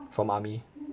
from army